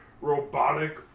robotic